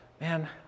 Man